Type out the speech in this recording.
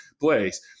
place